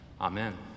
Amen